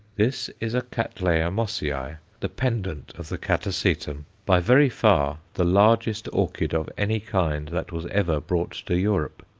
this is a cattleya mossiae, the pendant of the catasetum, by very far the largest orchid of any kind that was ever brought to europe.